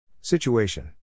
Situation